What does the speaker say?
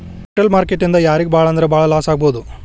Capital market ನಿಂದಾ ಯಾರಿಗ್ ಭಾಳಂದ್ರ ಭಾಳ್ ಯಾರಿಗ್ ಲಾಸಾಗ್ಬೊದು?